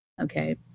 okay